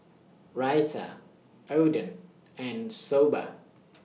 Raita Oden and Soba